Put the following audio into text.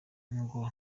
ngo